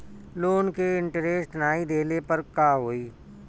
Loan के interest नाही देहले पर का होई?